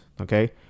okay